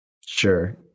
Sure